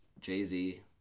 Jay-Z